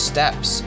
Steps